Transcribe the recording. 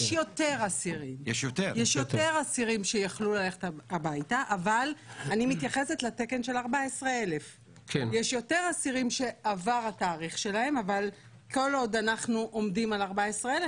יש יותר אסירים שיכלו ללכת הביתה אבל אני מתייחסת לתקן של 14,000. יש יותר אסירים שעבר התאריך שלהם אבל כל עוד אנחנו עומדים על 14,000,